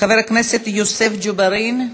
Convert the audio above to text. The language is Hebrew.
חבר הכנסת יוסף ג'בארין.